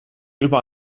über